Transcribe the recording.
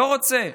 לא רוצה.